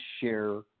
share